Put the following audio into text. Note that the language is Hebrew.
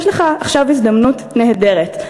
יש לך עכשיו הזדמנות נהדרת,